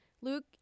Luke